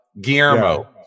Guillermo